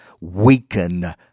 weaken